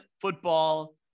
football